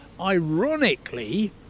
Ironically